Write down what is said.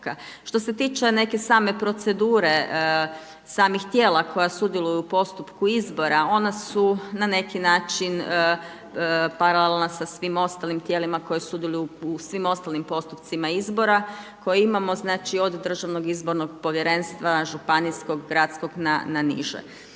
Što se tiče neke same procedure samih tijela koja sudjeluju u postupku izbora, ona su na neki način paralelna sa svim ostalim tijelima koja sudjeluju u svim ostalim postupcima izbora koje imamo, znači od državnog izbornog povjerenstva, županijskog, gradskog na niže.